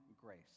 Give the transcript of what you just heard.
grace